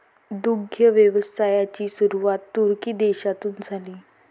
दुग्ध व्यवसायाची सुरुवात तुर्की देशातून झाली